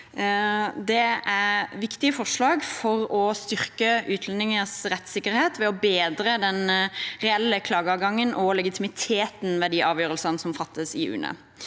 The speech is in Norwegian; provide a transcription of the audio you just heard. Det er viktige forslag for å styrke utlendingers rettssikkerhet ved å bedre den reelle klageadgangen og legitimiteten ved avgjørelsene som fattes i UNE.